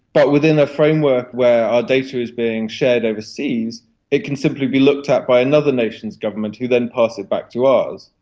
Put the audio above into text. but within a framework where our data is being shared overseas it can simply be looked at by another nation's government who then pass it back to ours.